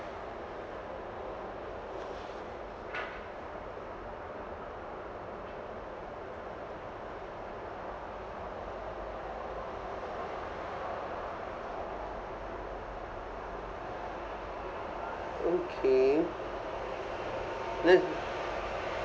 okay let's